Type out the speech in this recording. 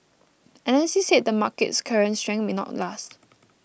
analysts said the market's current strength may not last